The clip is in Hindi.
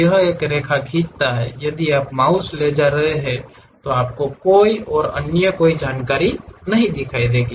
यह एक रेखा खींचता है यदि आप माउस ले जा रहे हैं तो आपको कोई और अन्य कोई जानकारी नहीं दिखाई देगी